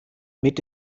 mit